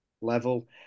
level